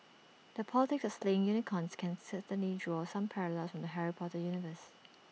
the politics of slaying unicorns can certainly draw some parallels from the Harry Potter universe